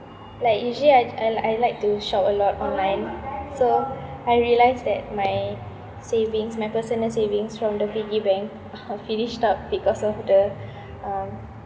like usually I I I like to shop a lot online so I realised that my savings my personal savings from the piggy bank finished up because of the um